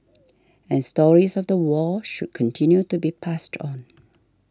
and stories of the war should continue to be passed on